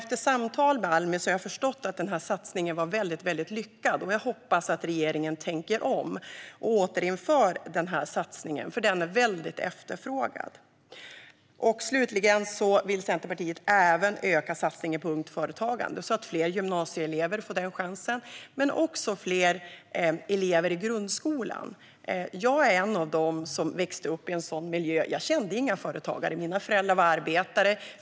Efter samtal med Almi har jag förstått att denna satsning var väldigt lyckad. Jag hoppas att regeringen tänker om och återinför den, för den är mycket efterfrågad. Slutligen vill Centerpartiet även öka satsningen på ungt företagande, så att fler gymnasieelever och fler elever i grundskolan får chansen. Jag är en av dem som växte upp i en miljö där jag inte kände några företagare. Mina föräldrar var arbetare.